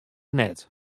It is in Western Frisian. net